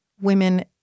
Women